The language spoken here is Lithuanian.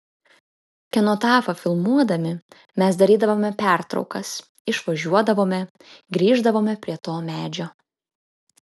kenotafą filmuodami mes darydavome pertraukas išvažiuodavome grįždavome prie to medžio